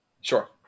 Sure